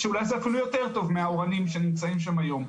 שאולי אפילו זה יותר טוב מהאורנים שנמצאים שם היום.